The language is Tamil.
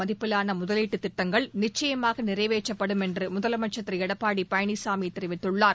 மதிப்பிலான முதலீட்டு திட்டங்கள் நிச்சயமாக நிறைவேற்றப்படும் என்று முதலமைச்சர் எடப்பாடி பழனிசாமி தெரிவித்துள்ளார்